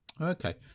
Okay